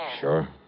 Sure